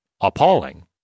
appalling